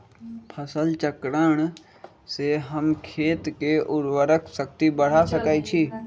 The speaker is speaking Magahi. फसल चक्रण से हम खेत के उर्वरक शक्ति बढ़ा सकैछि?